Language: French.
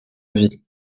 avis